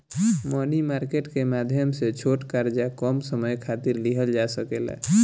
मनी market के माध्यम से छोट कर्जा कम समय खातिर लिहल जा सकेला